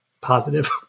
positive